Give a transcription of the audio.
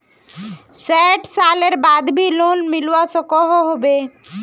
सैट सालेर बाद भी लोन मिलवा सकोहो होबे?